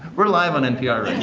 we're live on npr